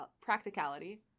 practicality